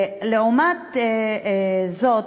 לעומת זאת,